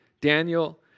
Daniel